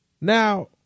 Now